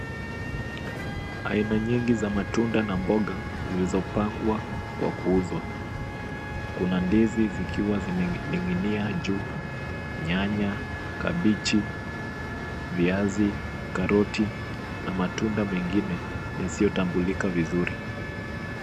Aina nyingi za matunda na mboga zilizopangwa kwa kuuzwa. Kuna ndizi zikiwa zimening'inia juu, nyanya, kabichi, viazi, karoti na matunda mengine yasiyotambulika vizuri.